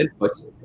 inputs